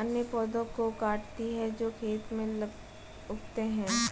अन्य पौधों को काटती है जो खेत में उगते हैं